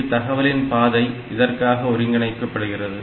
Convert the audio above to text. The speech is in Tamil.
இங்கு தகவலின் பாதை இதற்காக ஒருங்கிணைக்கப்படுகிறது